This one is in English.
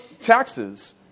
taxes